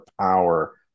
power